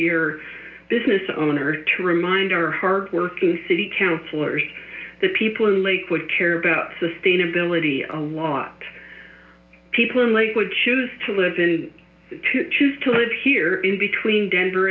year business owner to remind our hardworking city councilors that people in lakewood care about sustainable reality a lot people in lakewood choose to live in to choose to live here in between denver